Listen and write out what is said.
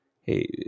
hey